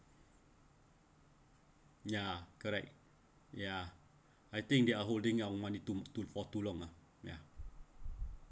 ya correct ya I think they are holding our money too too for too long lah ya